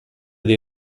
dei